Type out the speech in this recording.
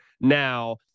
now